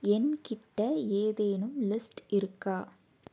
என் கிட்டே ஏதேனும் லிஸ்ட் இருக்கா